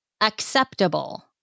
acceptable